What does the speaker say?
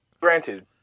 Granted